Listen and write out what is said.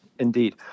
Indeed